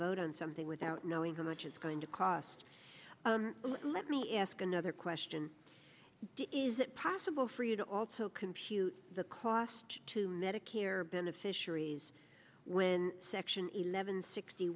vote on something without knowing how much is going to cost let me ask another question is it possible for you to also compute the cost to medicare beneficiaries when section eleven sixty